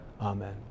amen